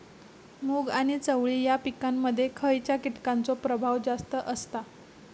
मूग आणि चवळी या पिकांमध्ये खैयच्या कीटकांचो प्रभाव जास्त असता?